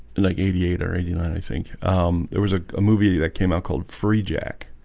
like eighty eight or eighty nine. i think there was a movie that came out called free jack.